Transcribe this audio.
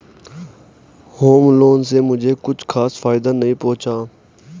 home loan से मुझे कुछ खास फायदा नहीं पहुंचा